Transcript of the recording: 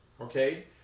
okay